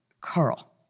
Carl